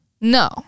No